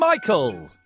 Michael